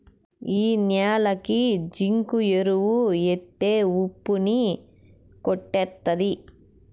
ఈ న్యాలకి జింకు ఎరువు ఎత్తే ఉప్పు ని కొట్టేత్తది